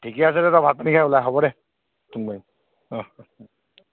ঠিকে আছে দে তই ভাত পানী খাই ওলা হ'ব দে ফোন মাৰিম